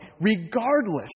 Regardless